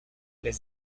les